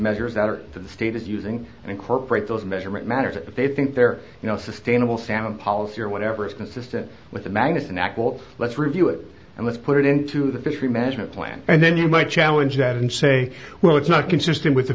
measures that are stated using and incorporate those measurement matters that they think there you know sustainable sound policy or whatever is consistent with the magnuson act what let's review it and let's put it into the fishery management plan and then you might challenge that and say well it's not consistent with the